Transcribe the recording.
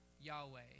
Yahweh